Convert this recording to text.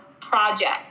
project